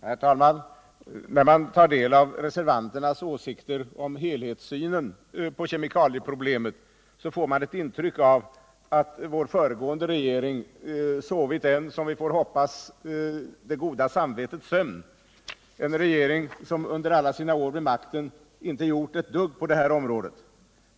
Herr talman! När man tar del av reservanternas åsikter om helhetssynen på kemikalieproblemet får man ett intryck av att den föregående regeringen sovit en, som vi får hoppas, det goda samvetets sömn —en regering som under alla sina år vid makten inte gjort ett dugg på det här området.